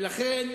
לכן,